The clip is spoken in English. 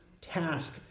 task